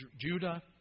Judah